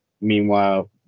meanwhile